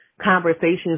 conversations